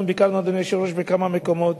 ביקרנו בכמה מקומות,